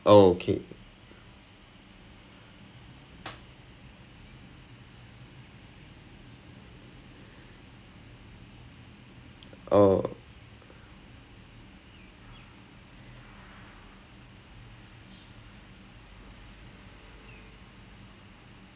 so he's been at the sidelines just because he didn't want to like kind of like he didn't want me to think like oh ஏதோ:aetho business க்கு ஆளு சேர்க்க பார்க்கிறாரு ஏதோ:kku aalu serka paarkiraaru so he didn't like offer anything but then two months போயிருச்சு:poyiruchu I've gone to three different hospitals back it's not getting better is getting tougher and tougher